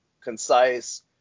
concise